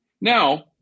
now